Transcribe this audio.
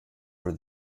were